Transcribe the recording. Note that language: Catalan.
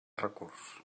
recurs